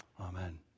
Amen